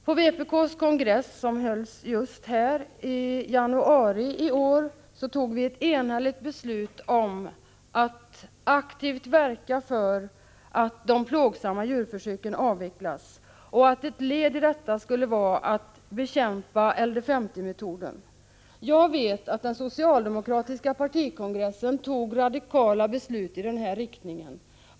På vpk:s kongress, som hölls just här i kammaren i januari i år, tog vi ett enhälligt beslut att aktivt verka för att de plågsamma djurförsöken avvecklas och att ett led i detta skulle vara att bekämpa LD 50-metoden. Jag vet att den socialdemokratiska partikongressen tog radikala beslut i samma riktning.